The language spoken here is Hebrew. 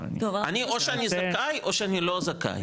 או שאני זכאי או שאני לא זכאי.